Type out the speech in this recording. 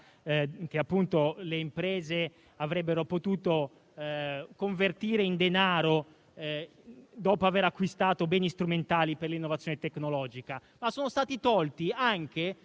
che le imprese avrebbero potuto convertire in denaro, dopo aver acquistato beni strumentali per l'innovazione tecnologica, ma sono stati tolti anche